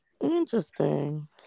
Interesting